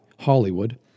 Hollywood